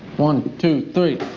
one, two, three.